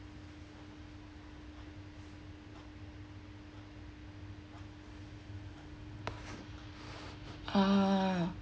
ah